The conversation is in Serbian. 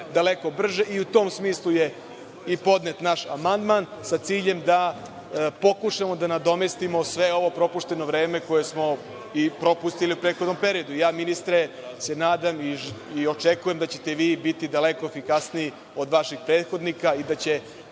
daleko brže i u tom smislu je i podnet naš amandman, sa ciljem da pokušamo da nadomestimo svo ovo propušteno vreme koje smo propustili u prethodnom periodu. Ministre, ja se nadam i očekujem da ćete vi biti daleko efikasniji od vaših prethodnika i da će